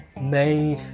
made